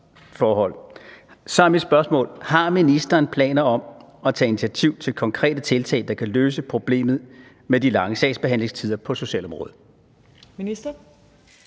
mit spørgsmål: Har ministeren planer om at tage initiativ til konkrete tiltag, der kan løse problemet med de lange sagsbehandlingstider på socialområdet? Kl.